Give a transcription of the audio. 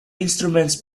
instruments